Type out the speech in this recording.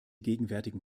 gegenwärtigen